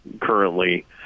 currently